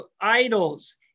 idols